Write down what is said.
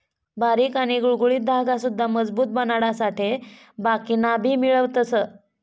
बारीक आणि गुळगुळीत धागा सुद्धा मजबूत बनाडासाठे बाकिना मा भी मिळवतस